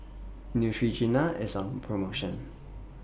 Neutrogena IS on promotion